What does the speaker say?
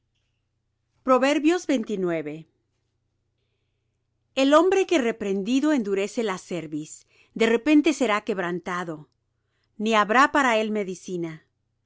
se multiplican el hombre que reprendido endurece la cerviz de repente será quebrantado ni habrá para él medicina